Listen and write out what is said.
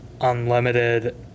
unlimited